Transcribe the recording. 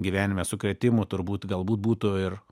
gyvenime sukrėtimų turbūt galbūt būtų ir